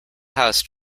house